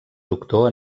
doctor